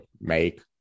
make